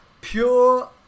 pure